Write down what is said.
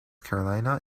carolina